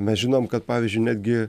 mes žinom kad pavyzdžiui netgi